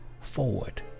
forward